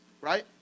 right